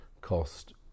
cost